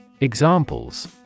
Examples